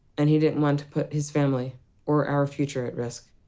and he didn't want to put his family or our future at risk.